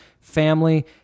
family